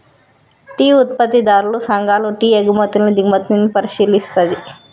tea ఉత్పత్తిదారుల సంఘాలు tea ఎగుమతుల్ని దిగుమతుల్ని పరిశీలిస్తది